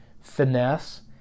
finesse